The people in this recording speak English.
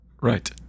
Right